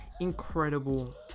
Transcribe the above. incredible